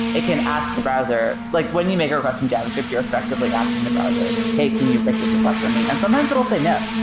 it can ask the browser like when you make a request from javascript, you're effectively asking the browser, hey, can you make this request for me? and sometimes it will say no,